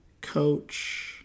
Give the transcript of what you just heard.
Coach